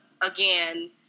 again